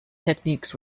techniques